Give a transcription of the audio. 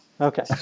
Okay